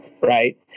right